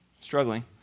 struggling